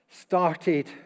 started